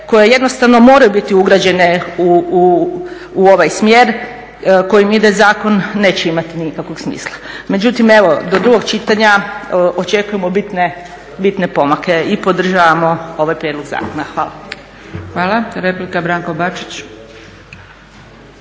koje jednostavno moraju biti ugrađene u ovaj smjer kojim ide zakon neće imati nikakvog smisla. Međutim evo, do drugog čitanja očekujemo bitne pomake i podržavamo ovaj prijedlog zakona. Hvala. **Zgrebec, Dragica